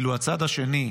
ואילו הצד השני,